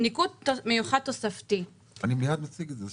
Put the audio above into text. ניקוד מיוחד תוספתי --- אני מיד מציג את זה.